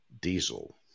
diesel